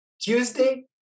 Tuesday